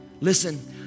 listen